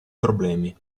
problemi